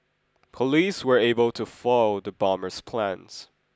police were able to foil the bomber's plans